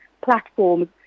platforms